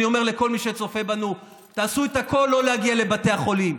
אני אומר לכל מי שצופה בנו: תעשו את הכול לא להגיע לבתי החולים,